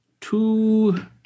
Two